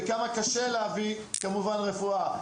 וכמה קשה להביא כמובן רפואה.